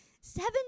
seven